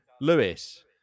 Lewis